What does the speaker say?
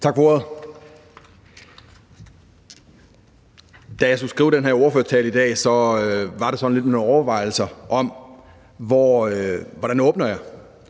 Tak for ordet. Da jeg skulle skrive den her ordførertale i dag, var det sådan lidt med nogle overvejelser om, hvordan jeg